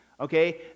Okay